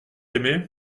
aimé